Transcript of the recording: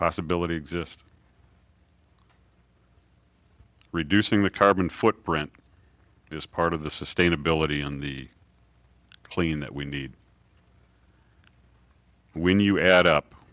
possibility exist reducing the carbon footprint is part of the sustainability in the clean that we need when you add up